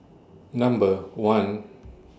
Number one